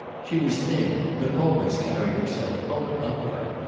she was thin, but always carried herself bolt upright,